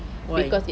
why